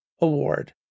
award